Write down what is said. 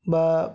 ବା